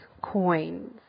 coins